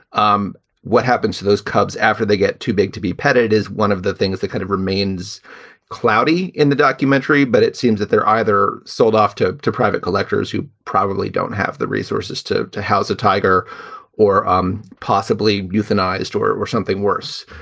um what happens to those cubs after they get too big to be petted is one of the things that kind of remains cloudy in the documentary. but it seems that they're either sold off to to private collectors who probably don't have the resources to to house a tiger or um possibly euthanized or something worse.